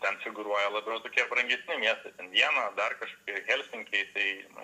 ten figūruoja labiau tokie brangesni miestai ten viena ar dar kažkokie helsinkiai tai